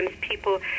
people